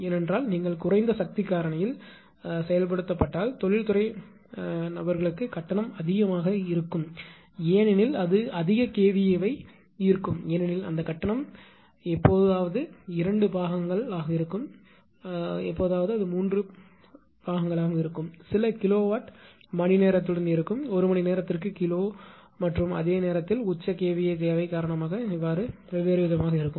ஏனென்றால் நீங்கள் குறைந்த சக்தி காரணியில்பவர் ஃபாக்டர் செயல்பட்டால் தொழில்துறை மக்களுக்கு கட்டணம் அதிகமாக இருக்கும் ஏனெனில் அது அதிக kVA ஐ ஈர்க்கும் ஏனெனில் அந்த கட்டணம் எப்போதாவது இரண்டு பாகங்கள் எப்போதாவது மூன்று பகுதி கட்டணம் சில கிலோவாட் மணிநேரத்துடன் ஒரு மணி நேரத்திற்கு கிலோ மற்றும் அதே நேரத்தில் உச்ச kVA தேவை காரணமாக இருக்கும்